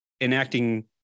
enacting